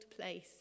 place